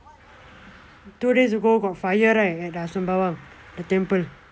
two days ago got fire right at err sembawang the temple